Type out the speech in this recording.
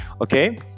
okay